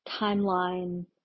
timeline